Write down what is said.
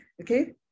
Okay